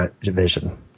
Division